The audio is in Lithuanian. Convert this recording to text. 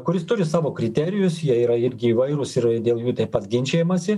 kuris turi savo kriterijus jie yra irgi įvairūs ir dėl jų taip pat ginčijamasi